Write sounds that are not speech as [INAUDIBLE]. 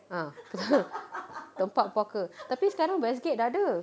ah [LAUGHS] tempat puaka tapi sekarang westgate sudah ada